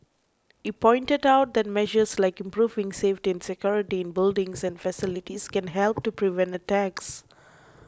he pointed out that measures like improving safety and security in buildings and facilities can help to prevent attacks